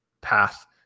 path